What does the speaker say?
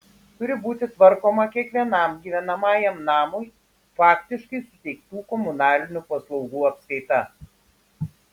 turi būti tvarkoma kiekvienam gyvenamajam namui faktiškai suteiktų komunalinių paslaugų apskaita